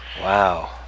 Wow